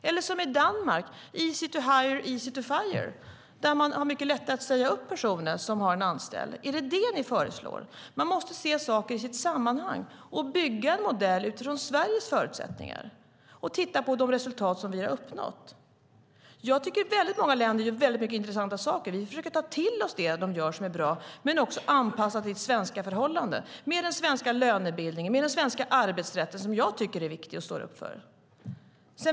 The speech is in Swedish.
Eller ska vi ha det som i Danmark - easy to hire, easy to fire? Där har man mycket lättare att säga upp personer som har en anställning. Är det detta ni föreslår? Man måste se saker i sitt sammanhang och bygga en modell utifrån Sveriges förutsättningar. Man måste titta på de resultat som vi har uppnått. Jag tycker att många länder gör mycket intressanta saker. Vi försöker ta till oss det de gör som är bra, men vi anpassar det också till svenska förhållanden med den svenska lönebildningen och den svenska arbetsrätten som jag tycker är viktiga och som jag står upp för.